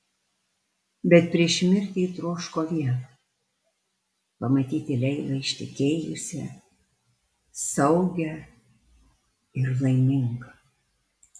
bet prieš mirtį ji troško viena pamatyti leilą ištekėjusią saugią ir laimingą